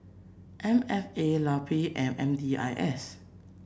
M F A LUP and M D I S